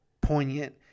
poignant